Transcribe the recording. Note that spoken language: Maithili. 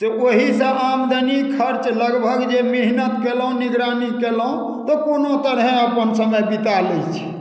से ओहि सभ आमदनी खर्च लगभग जे मेहनत केलहुँ निगरानी केलहुँ तऽ कोनो तरहे अपन समय बिता लैत छी